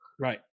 Right